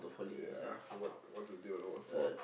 yeah forgot what's the date of the waterfall